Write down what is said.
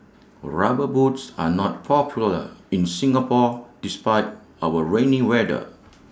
rubber boots are not popular in Singapore despite our rainy weather